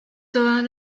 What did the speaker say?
todas